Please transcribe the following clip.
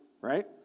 right